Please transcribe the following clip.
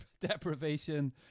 deprivation